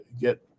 get